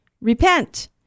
Repent